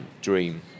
dream